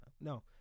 no